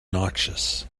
noxious